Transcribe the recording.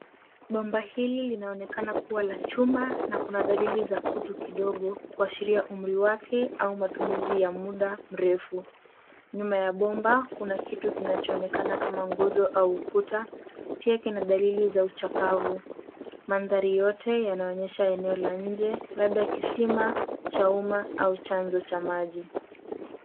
Bomba hili linaonekana kuwa la chuma na kuna dalili za kutu kidogo kuashiria umri wake au matumizi ya muda mrefu. Nyuma ya bomba kuna kitu kinachoonekana kama nguzo au ukuta, pia kina dalili za uchakavu. Mandhari yote yanaonyesha eneo la nje labda kisima cha umma au chanzo cha maji.